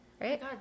right